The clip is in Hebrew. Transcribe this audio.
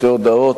שתי הודעות,